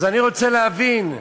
אז אני רוצה להבין,